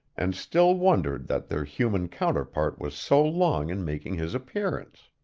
and still wondered that their human counterpart was so long in making his appearance.